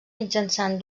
mitjançant